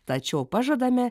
tačiau pažadame